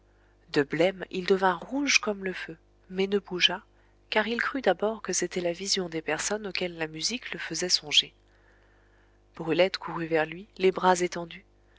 de blême il devint rouge comme le feu mais ne bougea car il crut d'abord que c'était la vision des personnes auxquelles la musique le faisait songer brulette courut vers lui les bras étendus